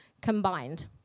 combined